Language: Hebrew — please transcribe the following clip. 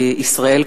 ישראל,